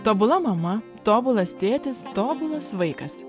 tobula mama tobulas tėtis tobulas vaikas